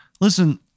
Listen